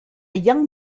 young